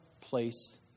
place